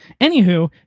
Anywho